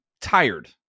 tired